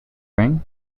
ring